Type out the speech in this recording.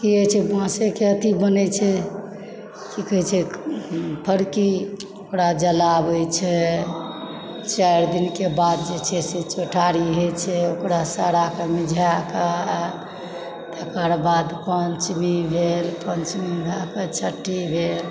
की होइ छै बाँसेके एथी बनै छै की कहै छै फरकी ओकरा जलाबय छै चारि दिनके बाद जे छै से ओकरा चौठारी होइ छै ओकरा सेराय के मिझा के आ तकर बाद पञ्चमी भेल पञ्चमी भए कऽ छट्ठी भेल